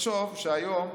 תחשוב שהיום,